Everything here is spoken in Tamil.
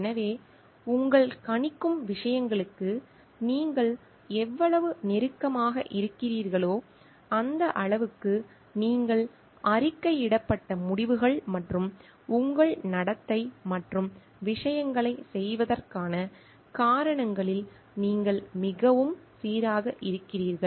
எனவே உங்கள் கணிக்கும் விஷயங்களுக்கு நீங்கள் எவ்வளவு நெருக்கமாக இருக்கிறீர்களோ அந்தளவுக்கு நீங்கள் அறிக்கையிடப்பட்ட முடிவுகள் மற்றும் உங்கள் நடத்தை மற்றும் விஷயங்களைச் செய்வதற்கான காரணங்களில் நீங்கள் மிகவும் சீராக இருக்கிறீர்கள்